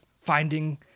Finding